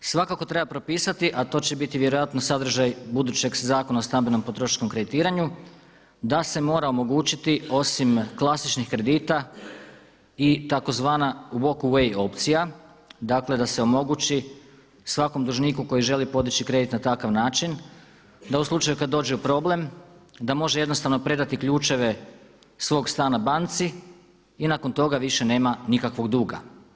Svakako treba propisati a to će biti vjerojatno sadržaj budućeg Zakona o stambenom potrošačkom kreditiranju da se mora omogućiti osim klasičnih kredita i tzv. walk away opcija, dakle da se omogući svakom dužniku koji želi podići kredit na takav način da u slučaju kada dođe problem da može jednostavno predati ključeve svoga stana banci i nakon toga više nema nikakvoga duga.